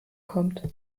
kommt